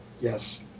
Yes